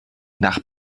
nach